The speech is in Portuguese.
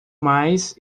mais